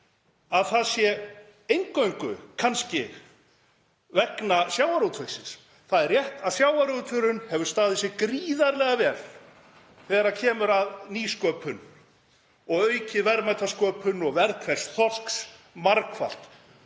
að það sé eingöngu, kannski, vegna sjávarútvegsins. Það er rétt að sjávarútvegurinn hefur staðið sig gríðarlega vel þegar kemur að nýsköpun og aukið verðmætasköpun og margfaldað